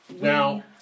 Now